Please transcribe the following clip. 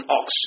ox